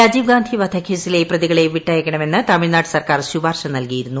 ്രാജീവ്ഗാന്ധി വധക്കേസിലെ പ്രതികളെ വിട്ടയയ്ക്കണമെന്ന് തുമിഴ്ച്നാട് സർക്കാർ ശുപാർശ നല്കിയിരുന്നു